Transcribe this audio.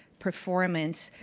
performance,